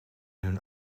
hun